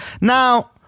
Now